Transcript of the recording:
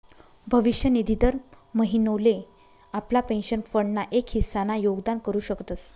भविष्य निधी दर महिनोले आपला पेंशन फंड ना एक हिस्सा ना योगदान करू शकतस